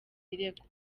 birego